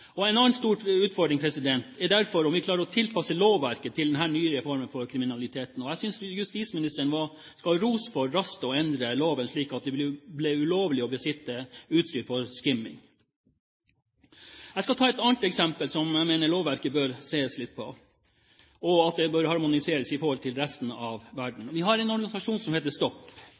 En annen stor utfordring er derfor om vi klarer å tilpasse lovverket til denne nye formen for kriminalitet. Jeg synes justisministeren skal ha ros for raskt å endre loven, slik at det ble ulovlig å besitte utstyr til skimming. Jeg skal ta et annet eksempel der jeg mener det bør ses litt på lovverket, som bør harmoniseres i forhold til resten av verden. Vi har en organisasjon som